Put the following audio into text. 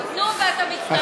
נו, ואתה מצטרף?